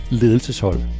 ledelseshold